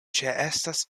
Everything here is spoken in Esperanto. ĉeestas